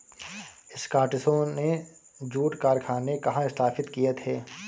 स्कॉटिशों ने जूट कारखाने कहाँ स्थापित किए थे?